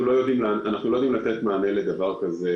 אנחנו לא יודעים לתת עכשיו מענה לדבר כזה,